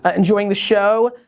ah enjoying the show.